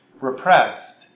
repressed